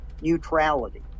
neutrality